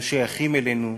לא שייכים אלינו,